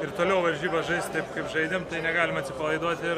ir toliau varžybas žaist taip kaip žaidėm negalim atsipalaiduot ir